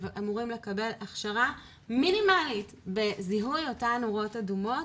אמורים לקבל הכשרה מינימלית בזיהוי אותן נורות אדומות